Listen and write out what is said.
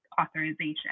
authorization